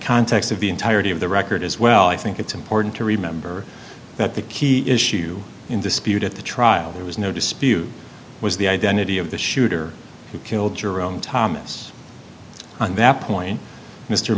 context of the entirety of the record as well i think it's important to remember that the key issue in dispute at the trial there was no dispute was the identity of the shooter who killed your own thomas on that point mr